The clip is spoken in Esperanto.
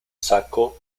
sako